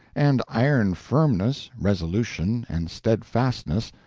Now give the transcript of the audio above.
and iron firmness, resolution, and steadfastness,